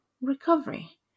recovery